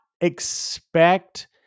expect